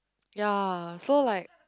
ya so like